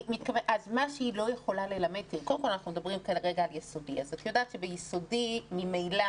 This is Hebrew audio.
אנחנו קודם כל מדברים כרגע על יסודי ואת יודעת שביסודי ממילא